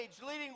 leading